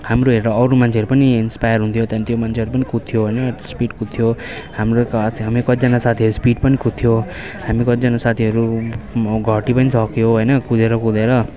हाम्रो हेरेर अरू मान्छेहरू पनि इन्स्पायर हुन्थ्यो त्यहाँदेखि त्यो मान्छेहरू पनि कुद्थ्यो होइन स्पिड कुद्थ्यो हाम्रो हाम्रो कतिजना साथीहरू स्पिड पनि कुद्थ्यो हामी कतिजना साथीहरू घटी पनि सक्यो होइन कुदेर कुदेर